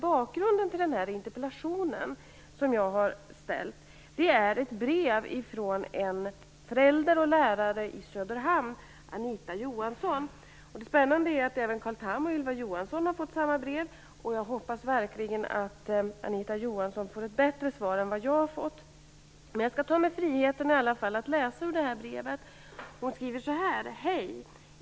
Bakgrunden till interpellationen som jag har ställt är ett brev från en förälder och lärare i Söderhamn, Anita Johansson. Det spännande är att Carl Tham och Ylva Johansson har fått samma brev, och jag hoppas verkligen att Anita Johansson får ett bättre svar än vad jag har fått. Jag skall i alla fall ta mig friheten att läsa ur det här brevet. Anita Johansson skriver så här: Hej!